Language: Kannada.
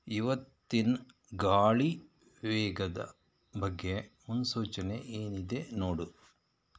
ಇವತ್ತಿನ ಗಾಳಿ ವೇಗದ ಬಗ್ಗೆ ಮುನ್ಸೂಚನೆ ಏನಿದೆ ನೋಡು